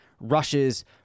rushes